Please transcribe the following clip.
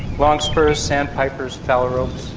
longspurs, sandpipers, phalaropes,